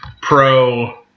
pro